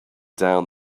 down